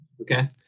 Okay